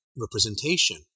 representation